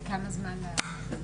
בכמה זמן להאריך?